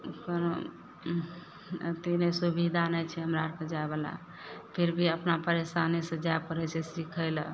कोनो अथी सुविधा नहि छै हमरा अरके जाइवला फिर भी अपना परेशानीसँ जाइ पड़य छै सीखय लए